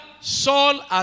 Saul